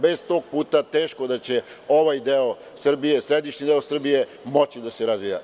Bez tog puta teško da će ovaj deo Srbije, središnji deo Srbije moći da se razvija.